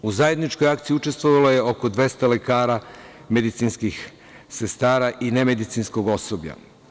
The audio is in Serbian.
U zajedničkoj akciji učestvovalo je oko 200 lekara, medicinskih sestara i nemedicinskog osoblja.